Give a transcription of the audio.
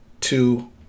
two